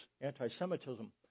anti-Semitism